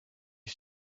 you